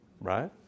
Right